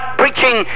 preaching